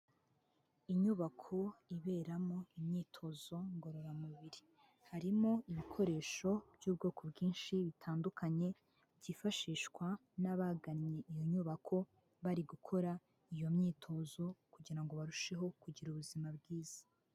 Inyubako iberamo imyitozo ngororamubiri harimo ibikoresho by'ubwoko bwinshi bitandukanye byifashishwa n'abagannye iyo nyubako bari gukora iyo myitozo kugirango ngo barusheho kugira ubuzima bwiza.